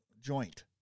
joint